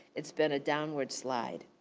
it's been a downward slide.